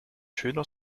schöner